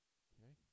okay